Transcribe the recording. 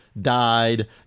Died